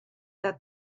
that